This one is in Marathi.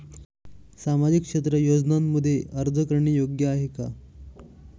सामाजिक क्षेत्र योजनांमध्ये अर्ज करणे योग्य आहे का?